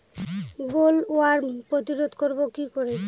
Bollworm প্রতিরোধ করব কি করে?